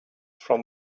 from